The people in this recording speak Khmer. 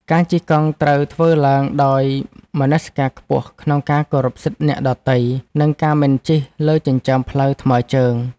ការជិះកង់ត្រូវធ្វើឡើងដោយមនសិការខ្ពស់ក្នុងការគោរពសិទ្ធិអ្នកដទៃ និងការមិនជិះលើចិញ្ចើមផ្លូវថ្មើរជើង។